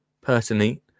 personally